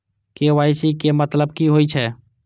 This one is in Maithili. के.वाई.सी के मतलब की होई छै?